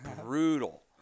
brutal